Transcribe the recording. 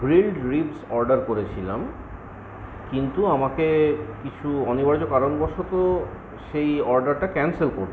grilled ribs order করেছিলাম কিন্তু আমাকে কিছু অনিবার্য কারণবশত সেই অর্ডারটা ক্যানসেল করতে হয়